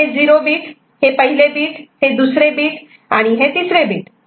तर हे zero beat हे पहिले बीट हे दुसरे बीट आणि हे तिसरे बीट